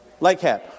Lightcap